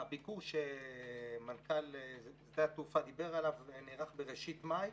הביקור שמנכ"ל שדה התעופה דיבר עליו נערך בראשית מאי,